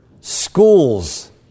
Schools